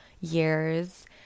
years